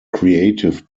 creative